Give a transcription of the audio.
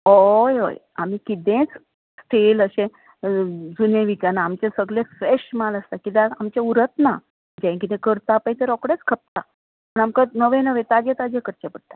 हय हय आमी कितेंच स्टेल अशें जुनें विकना आमचें सगळें फ्रेश माल आसता कित्याक आमचें उरत ना जें कितें करता पळय तें रोखडेंच खपता म्हूण आमकां नवें नवें ताजें ताजें करचें पडटा